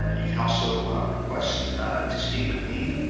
you can also request to speak with me.